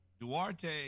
Duarte